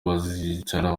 bazicara